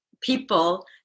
people